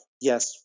yes